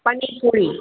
पनीर पूरी